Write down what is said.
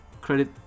credit